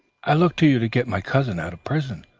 i look to you to get my cousin out of prison.